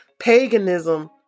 paganism